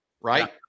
right